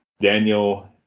Daniel